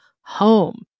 home